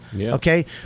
Okay